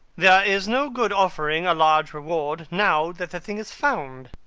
there is no good offering a large reward now that the thing is found.